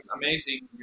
amazing